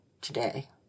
today